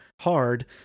hard